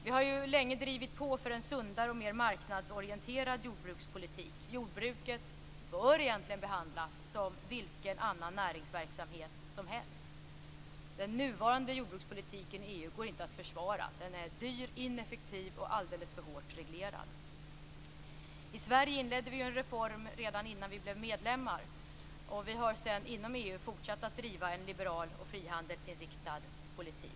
Vi har länge drivit på för en sundare och mer marknadsorienterad jordbrukspolitik. Jordbruket bör egentligen behandlas som vilken annan näringsverksamhet som helst. Den nuvarande jordbrukspolitiken i EU går inte att försvara. Den är dyr, ineffektiv och alldeles för hårt reglerad. I Sverige inledde vi ju en reform redan innan vårt land blev medlem, och vi har sedan inom EU fortsatt att driva en liberal och frihandelsinriktad politik.